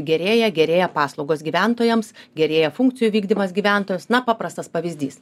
gerėja gerėja paslaugos gyventojams gerėja funkcijų vykdymas gyventojams na paprastas pavyzdys